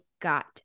Got